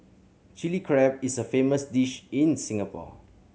Chilli Crab is a famous dish in Singapore